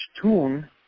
tune